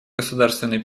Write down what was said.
государственный